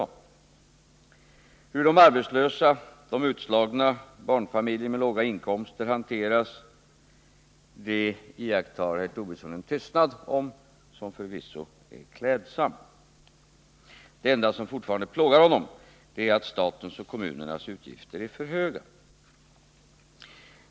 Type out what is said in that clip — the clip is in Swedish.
När det gäller hur de arbetslösa, de utslagna och barnfamiljer med låga inkomster hanteras iakttar herr Tobisson en tystnad, som förvisso är klädsam. Det enda som plågar honom är att statens och kommunernas utgifter fortfarande är för höga.